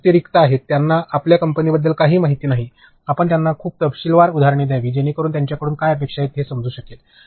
परंतु ते रिक्त आहेत त्यांना आपल्या कंपनीबद्दल काहीही माहिती नाही आपण त्यांना खूप तपशीलवार उदाहरणे द्यावी जेणेकरुन त्यांच्याकडून काय अपेक्षित आहे हे त्यांना समजू शकेल